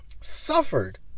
suffered